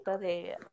de